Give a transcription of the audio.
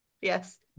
Yes